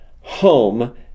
home